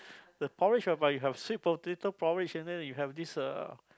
the porridge whereby you have sweet potato porridge and then you have this uh